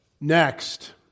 next